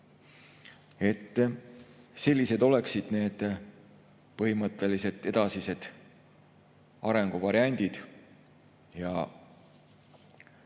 Sellised oleksid põhimõttelised edasised arenguvariandid.